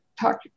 talk